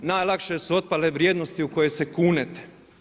Najlakše su otpale vrijednosti u koje se kunete.